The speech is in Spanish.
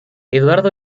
eduardo